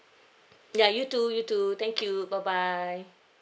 ya you too you too thank you bye bye